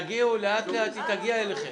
אין בעיה, הכול יגיע אליכם.